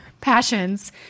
passions